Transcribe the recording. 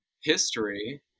history